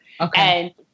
Okay